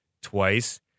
Twice